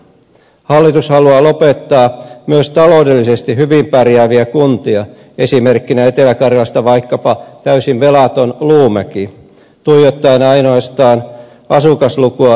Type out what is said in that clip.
hallitus haluaa lopettaa myös taloudellisesti hyvin pärjääviä kuntia esimerkkinä etelä karjalasta vaikkapa täysin velaton luumäki tuijottaen ainoastaan asukaslukua ja työssäkäyntialueita